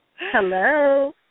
Hello